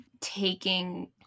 taking